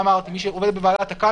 אני משלם ברגע שאני מקבל מימון